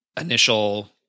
initial